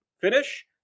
finish